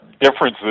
differences